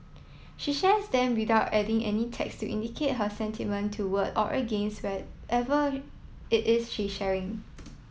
she shares them without adding any text to indicate her sentiment toward or against whatever it is she is sharing